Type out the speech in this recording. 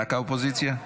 רק האופוזיציה?